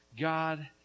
God